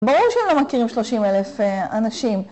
ברור שאנחנו לא מכירים שלושים אלף אנשים.